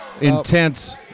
intense